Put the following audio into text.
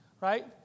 right